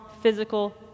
physical